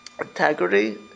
integrity